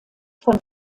von